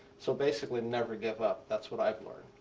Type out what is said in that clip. so basically never give up. that's what i've learned.